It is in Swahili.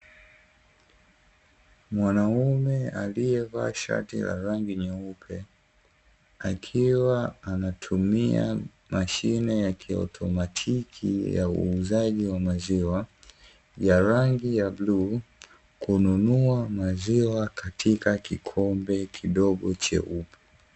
Mwanaume aliyevaa shati ya rangi nyeupe, akiwa anatumia mashine ya kiautomatiki ya uuzaji wa maziwa ya rangi ya bluu kununua maziwa katika kikombe kidogo cheupe.